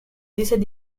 décès